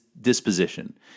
Disposition